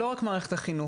זה לא רק מערכת החינוך,